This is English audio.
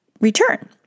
return